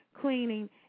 cleaning